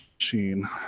machine